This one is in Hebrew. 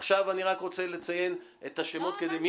עכשיו אני רוצה לציין את השמות --- רגע,